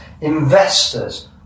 Investors